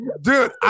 Dude